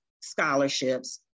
scholarships